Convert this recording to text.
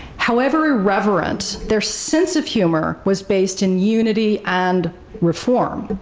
however irreverent, their sense of humor was based in unity and reform.